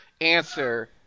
answer